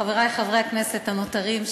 חברי חברי הכנסת הנותרים,